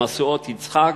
במשואות-יצחק,